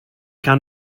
kann